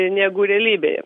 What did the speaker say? negu realybėje